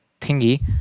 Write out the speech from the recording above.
thingy